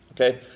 okay